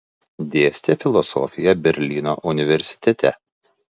dėstė filosofiją berlyno universitete